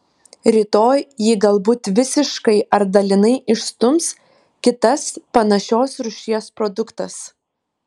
rytoj jį galbūt visiškai ar dalinai išstums kitas panašios rūšies produktas